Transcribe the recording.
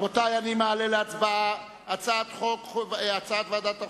רבותי, אני מעלה להצבעה את הצעת ועדת החוקה,